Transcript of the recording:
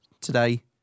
today